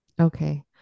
okay